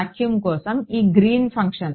vacuum కోసం ఈ Green function